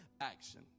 action